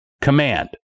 command